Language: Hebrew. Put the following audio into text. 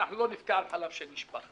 לא נבכה על חלב שנשפך.